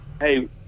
Hey